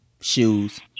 shoes